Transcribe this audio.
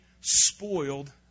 spoiled